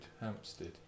Hampstead